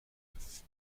neuf